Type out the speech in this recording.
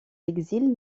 l’exil